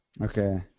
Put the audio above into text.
Okay